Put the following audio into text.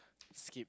skip